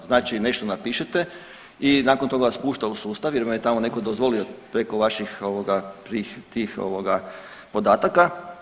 Znači nešto napišete i nakon toga vas pušta u sustav jer mu je tamo netko dozvolio preko vaših tih podataka.